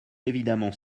évidemment